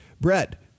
Brett